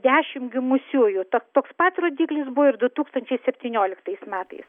dešim gimusiųjų tak toks pat rodiklis buvo ir du tūkstančiai septynioliktais metais